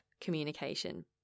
communication